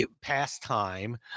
pastime